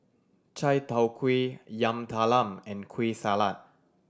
Chai Tow Kway Yam Talam and Kueh Salat